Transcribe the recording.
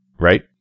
right